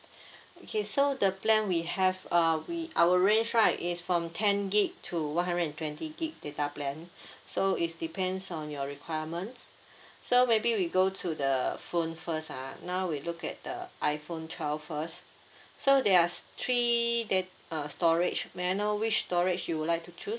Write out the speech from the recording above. okay so the plan we have uh we our range right is from ten gig to one hundred and twenty gig data plan so is depends on your requirements so maybe we go to the phone first ah now we look at the iphone twelve first so there is three dat~ uh storage may I know which storage you would like to choose